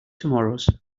tomorrows